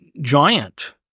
giant